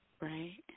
Right